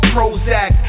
Prozac